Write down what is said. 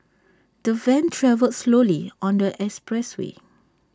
the van travelled slowly on the express way